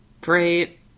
great